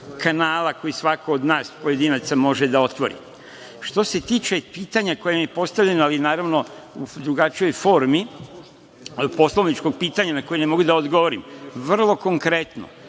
kanala koji svako od nas pojedinaca može da otvori. Što se tiče pitanja koje nam je postavljeno, ali naravno u drugačijoj formi, ali poslovničkog pitanja, na koje ne mogu da odgovorim, vrlo konkretno,